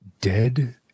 Dead